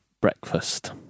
breakfast